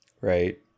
right